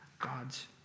God's